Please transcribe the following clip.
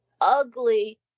ugly